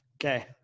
Okay